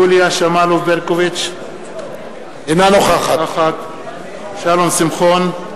יוליה שמאלוב-ברקוביץ, אינה נוכחת שלום שמחון,